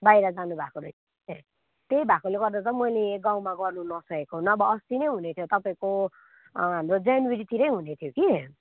बाहिर जानु भएको रहेछ त्यही भएकोले गर्दा त मैले गाउँमा गर्नु नसकेको नभए अस्ति नै हुने थियो तपाईँको हाम्रो जनवरीतिरै हुने थियो कि